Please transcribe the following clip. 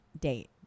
date